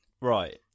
right